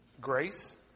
grace